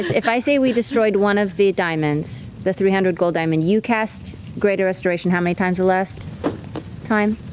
if i say we destroyed one of the diamonds, the three hundred gold diamond, you cast greater restoration how many times the last time?